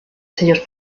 sellos